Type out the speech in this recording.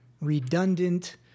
redundant